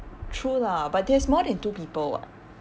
true lah but there's more than two people [what]